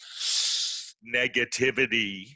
negativity